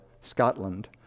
Scotland